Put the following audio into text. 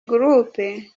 groupe